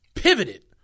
Pivoted